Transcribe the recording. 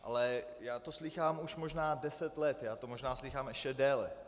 Ale já to slýchám už možná deset let, já to možná slýchám ještě déle.